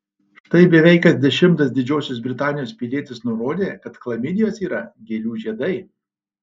štai beveik kas dešimtas didžiosios britanijos pilietis nurodė kad chlamidijos yra gėlių žiedai